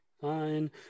Fine